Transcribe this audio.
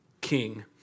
king